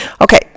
Okay